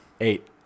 Eight